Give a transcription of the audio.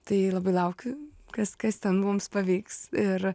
tai labai laukiu kas kas ten mums pavyks ir